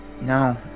No